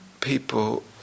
people